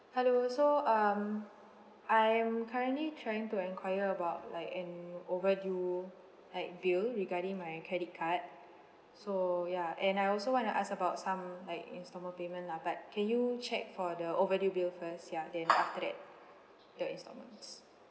hello so um I am currently trying to enquire about like an overdue like bill regarding my credit card so ya and I also want to ask about some like instalment payment lah but can you check for the overdue bill first ya then after that the instalments